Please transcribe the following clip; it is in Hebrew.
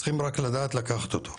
צריכים רק לדעת לקחת אותו,